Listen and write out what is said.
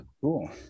cool